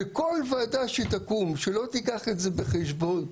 וכל ועדה שתקום ולא תיקח את בחשבון,